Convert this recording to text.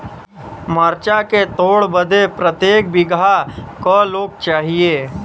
मरचा के तोड़ बदे प्रत्येक बिगहा क लोग चाहिए?